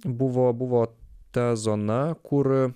buvo buvo ta zona kur